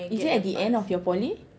is it at the end of your poly